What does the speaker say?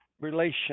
relation